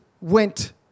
went